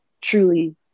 truly